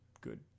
good